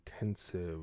intensive